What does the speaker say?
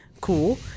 Cool